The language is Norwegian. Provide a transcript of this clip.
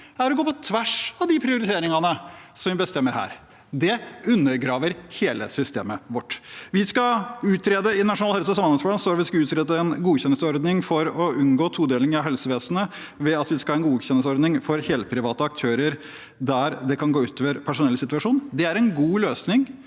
er å gå på tvers av de prioriteringene vi bestemmer her. Det undergraver hele systemet vårt. I Nasjonal helse- og samhandlingsplan står det at vi skal utrede en godkjenningsordning for å unngå todeling av helsevesenet ved at vi skal ha en godkjenningsordning for helprivate aktører der det kan gå ut over personellsituasjonen. Det er en god løsning